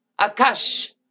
akash